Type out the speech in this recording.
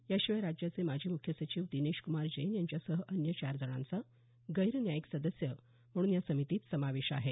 या शिवाय राज्याचे माजी मुख्य सचिव दिनेश कुमार जैन यांच्या सह अन्य चार जणांचा गैरन्यायिक सदस्य म्हणून या समितीत समावेश आहे